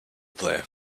player